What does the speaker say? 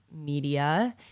media